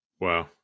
Wow